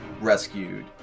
rescued